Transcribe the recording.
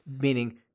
Meaning